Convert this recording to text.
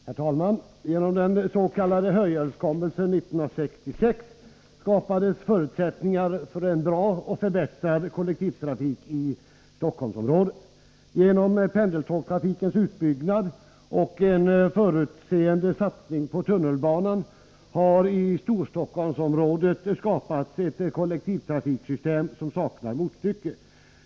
Herr talman! Genom den s.k. Hörjelöverenskommelsen 1966 skapades förutsättningar för en bra och förbättrad kollektivtrafik i Stockholmsområdet. Genom pendeltågstrafikens utbyggnad och en förutseende satsning på tunnelbanan har i Storstockholmsområdet skapats ett kollektivtrafiksystem som saknar motstycke.